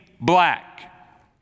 black